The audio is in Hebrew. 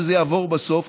וזה יעבור בסוף.